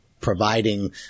providing